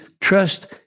trust